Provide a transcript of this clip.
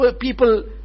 people